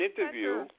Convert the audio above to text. interview